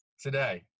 today